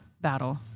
battle